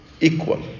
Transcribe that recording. equal